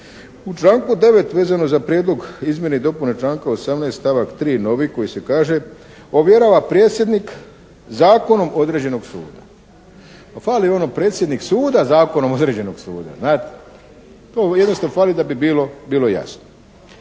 U članku 9. vezano za prijedlog izmjene i dopune članka 18. stavak 3. novi kojim se kaže: "Ovjerava predsjednik zakonom određenog suda." Fali ono predsjednik suda zakonom određenog suda, znate? To jednostavno fali da bi bilo jasno.